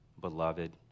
beloved